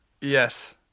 Yes